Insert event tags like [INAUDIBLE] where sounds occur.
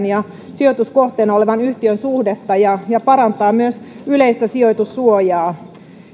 [UNINTELLIGIBLE] ja sijoituskohteena olevan yhtiön suhdetta ja ja parantaa myös yleistä sijoitussuojaa